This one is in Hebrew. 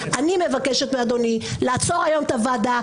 אני מבקשת מאדוני לעצור היום את הוועדה.